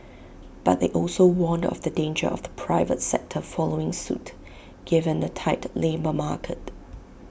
but they also warned of the danger of the private sector following suit given the tight labour market